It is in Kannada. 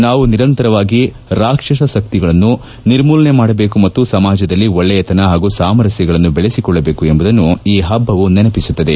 ನಾವು ನಿರಂತರವಾಗಿ ರಾಕ್ಷಸ ಶಕ್ತಿಗಳನ್ನು ನಿರ್ಮೂಲನೆ ಮಾಡಬೇಕು ಮತ್ತು ಸಮಾಜದಲ್ಲಿ ಒಳ್ಳೆಯತನ ಹಾಗೂ ಸಾಮರಸ್ಯವನ್ನು ಬೆಳೆಸಿಕೊಳ್ಳಬೇಕು ಎಂಬುದನ್ನು ಈ ಹಬ್ಬವು ನೆನಪಿಸುತ್ತದೆ